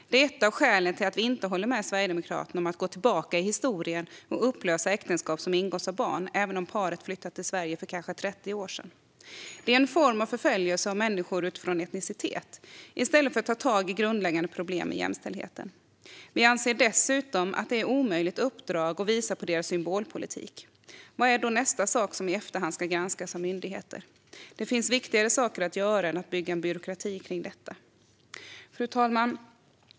Det är ett av skälen till att vi inte håller med Sverigedemokraterna om att man ska gå tillbaka i historien och upplösa äktenskap som ingåtts av barn även om paret har flyttat till Sverige för kanske 30 år sedan. Det är en form av förföljelse av människor utifrån etnicitet i stället för att ta tag i grundläggande problem med jämställdheten. Vi anser dessutom att det är ett omöjligt uppdrag och visar på Sverigedemokraternas symbolpolitik. Vad är nästa sak som i efterhand ska granskas av myndigheter? Det finns viktigare saker att göra än att bygga en byråkrati kring detta. Fru talman!